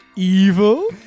Evil